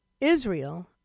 Israel